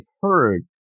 heard